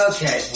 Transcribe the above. Okay